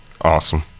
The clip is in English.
awesome